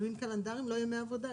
ימים קלנדריים, לא ימי עבודה?